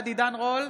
רול,